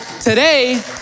today